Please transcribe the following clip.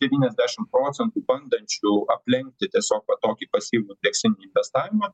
devyniasdešimt procentų bandančių aplenkti tiesiog tokį pasyvų indeksinį investavimą